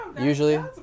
Usually